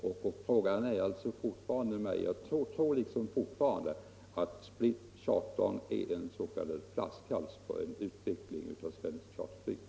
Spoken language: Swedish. Jag tror alltså fortfarande att ”split charter” är en flaskhals när det gäller utvecklingen på detta område.